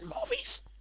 movies